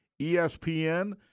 ESPN